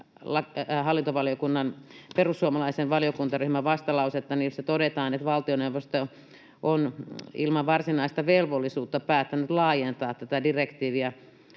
hallintovaliokunnan perussuomalaisen valiokuntaryhmän vastalausetta, jossa tämä todetaan — on ilman varsinaista velvollisuutta päättänyt laajentaa tätä direktiiviä